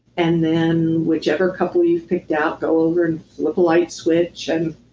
and then whichever couple you've picked out, go over and light switch and